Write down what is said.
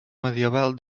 medieval